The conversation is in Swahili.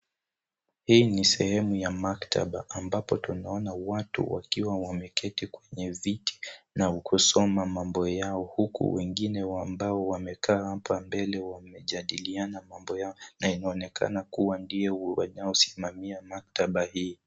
Hii ni sehemu ya maktaba ambapo tunaona watu wakiwa wameketi kwenye viti na kusoma mambo yao uku wengine ambao wamekaa hapa mbele wamejadiliana mambo yao na inaonekana kuwa ndio wanaosimamia maktaba hii.